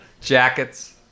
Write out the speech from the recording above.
Jackets